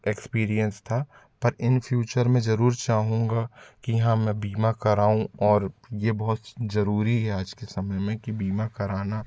experience था पर in future मैं जरूर चाहूँगा की यहाँ मैं बीमा कराऊँ और ये बहुत जरूरी है आज के समय में की बीमा कराना